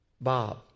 Bob